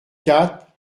quatre